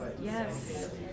Yes